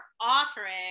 offering